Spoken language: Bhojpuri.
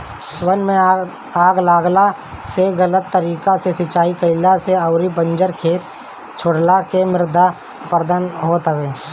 वन में आग लागला से, गलत तरीका से सिंचाई कईला से अउरी बंजर खेत छोड़ला से मृदा अपरदन होत हवे